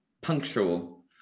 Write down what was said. punctual